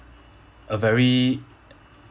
a very